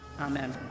Amen